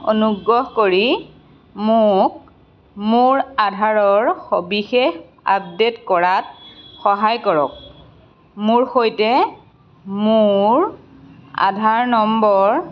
অনুগ্ৰহ কৰি মোক মোৰ আধাৰৰ সবিশেষ আপডে'ট কৰাত সহায় কৰক মোৰ সৈতে মোৰ আধাৰ নম্বৰ